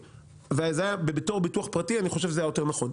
וזה היה מתקיים כביטוח פרטי לדעתי זה דבר יותר נכון.